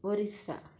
Orissa